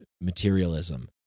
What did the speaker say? materialism